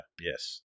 Yes